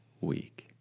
week